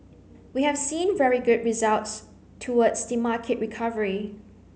we have seen very good results towards the market recovery